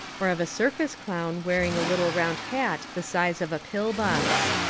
or of a circus clown wearing a little round hat the size of a pill-box.